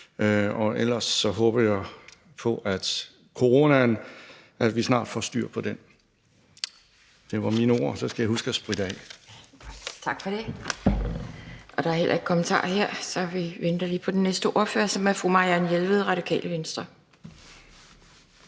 Ellers håber jeg på, at vi snart får styr på coronaen. Det var mine ord – og så skal jeg huske at spritte af.